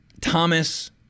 Thomas